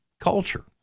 culture